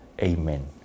Amen